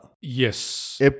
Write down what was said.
Yes